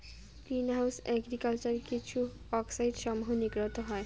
green house agriculture কিছু অক্সাইডসমূহ নির্গত হয়